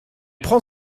prend